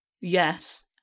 yes